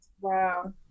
Wow